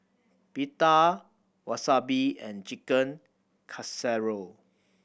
Pita Wasabi and Chicken Casserole